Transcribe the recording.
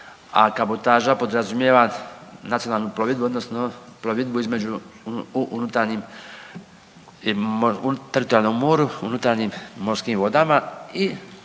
a kabotaža podrazumijeva nacionalnu plovidbu odnosno plovidbu između, u unutarnjim, u teritorijalnom moru, u unutarnjim morskim vodama i